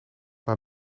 naar